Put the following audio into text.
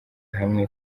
hamwe